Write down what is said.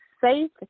safe